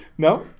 No